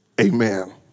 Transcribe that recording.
Amen